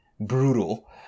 brutal